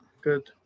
good